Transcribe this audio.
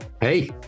Hey